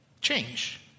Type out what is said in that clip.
change